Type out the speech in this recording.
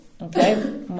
Okay